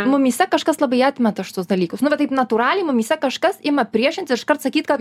mumyse kažkas labai atmeta šitus dalykus nu va taip natūraliai mumyse kažkas ima priešintis iškart sakyt kad